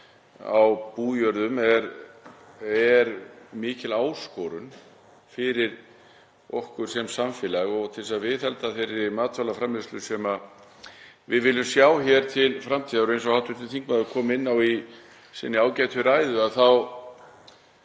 á bújörðum er mikil áskorun fyrir okkur sem samfélag til þess að viðhalda þeirri matvælaframleiðslu sem við viljum sjá til framtíðar. Eins og hv. þingmaður kom inn á í sinni ágætu ræðu